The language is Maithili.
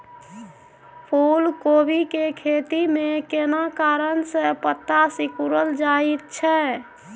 फूलकोबी के खेती में केना कारण से पत्ता सिकुरल जाईत छै?